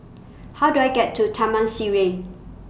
How Do I get to Taman Sireh